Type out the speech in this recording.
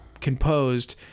composed